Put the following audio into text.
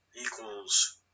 Equals